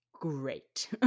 Great